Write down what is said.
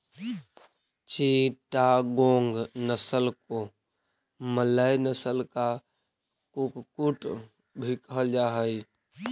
चिटागोंग नस्ल को मलय नस्ल का कुक्कुट भी कहल जा हाई